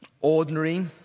ordinary